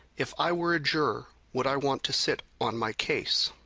if i were a juror, would i want to sit on my case